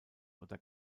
oder